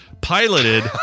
piloted